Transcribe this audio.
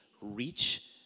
reach